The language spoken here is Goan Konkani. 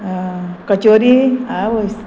कचोरी आवयस